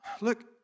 look